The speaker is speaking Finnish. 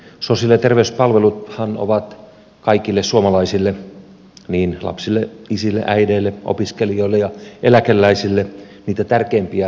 sosiaali ja terveyspalveluthan ovat kaikille suomalaisille niin lapsille isille äideille opiskelijoille kuin eläkeläisille niitä tärkeimpiä arjen palveluita